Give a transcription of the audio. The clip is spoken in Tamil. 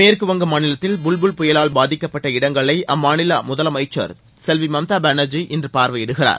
மேற்கு வங்க மாநிலத்தில் புல்புல் புயலால் பாதிக்கப்பட்ட இடங்களை அம்மாநில முதலமைச்சர் செல்வி மம்தா பானார்ஜி இன்று பார்வையிடுகிறார்